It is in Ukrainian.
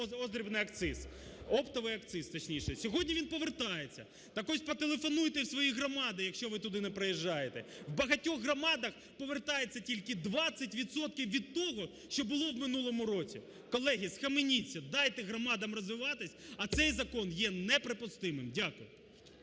роздрібний акциз, оптовий акциз, точніше. Сьогодні він повертається. Так ось потелефонуйте в свої громади, якщо ви туди не приїжджаєте, в багатьох громадах повертається тільки 20 відсотків від того, що було в минулому році. Колеги, схаменіться дайте громадам розвиватись, а цей закон є неприпустимим. Дякую.